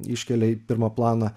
iškelia į pirmą planą